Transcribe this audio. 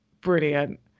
brilliant